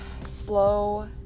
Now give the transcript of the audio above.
slow